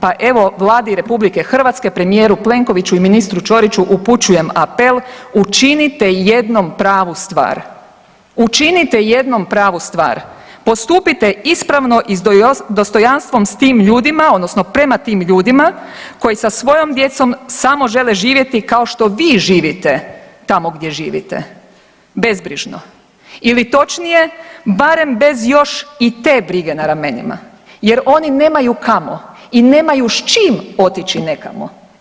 Pa evo Vladi RH, premijeru Plenkoviću i ministru Ćoriću upućujem apel učinite jednom pravu stvar, učinite jednom pravu stvar, postupite ispravno i s dostojanstvom prema tim ljudima koji sa svojom djecom samo žele živjeti kao što vi živite tamo gdje živite, bezbrižno ili točnije, barem bez još i te brige na ramenima jer oni nemaju kamo i nemaju s čim otići nekamo.